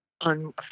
on